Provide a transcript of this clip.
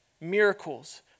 miracles